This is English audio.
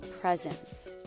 presence